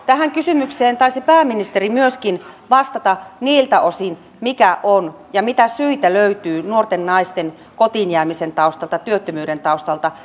tähän kysymykseen taisi pääministeri myöskin vastata niiltä osin mitä syitä löytyy nuorten naisten kotiin jäämisen työttömyyden taustalta